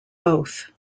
both